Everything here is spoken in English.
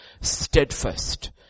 steadfast